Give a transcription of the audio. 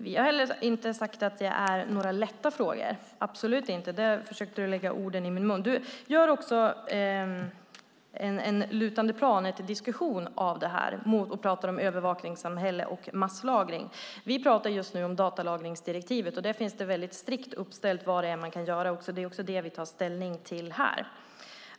Herr talman! Vi har inte heller sagt att detta är lätta frågor - absolut inte. Jens Holm försöker lägga ord i min mun. Han gör också en sluttande-planet-diskussion av det hela och pratar om övervakningssamhälle och masslagring. Men vi talar just nu om datalagringsdirektivet. Där finns det väldigt strikt uppställt vad man kan göra, och det är också det vi tar ställning till här.